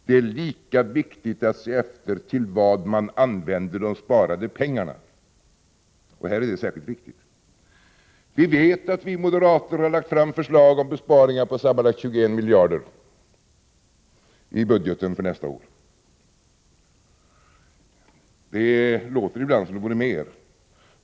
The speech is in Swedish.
Det är lika viktigt att se efter till vad man använder de sparade pengarna. Här är det särskilt viktigt. Moderaterna har lagt fram förslag om besparingar på sammanlagt 21 miljarder i budgeten för nästa år. Ibland låter det som om det vore mera.